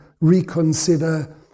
reconsider